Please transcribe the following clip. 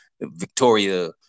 Victoria